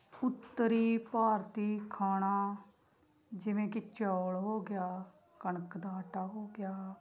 ਉੱਤਰੀ ਭਾਰਤੀ ਖਾਣਾ ਜਿਵੇਂ ਕਿ ਚੌਲ ਹੋ ਗਿਆ ਕਣਕ ਦਾ ਆਟਾ ਹੋ ਗਿਆ